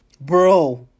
Bro